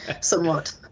somewhat